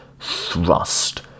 thrust